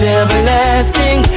everlasting